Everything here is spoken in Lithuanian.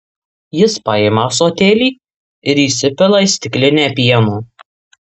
jis paima ąsotėlį ir įsipila į stiklinę pieno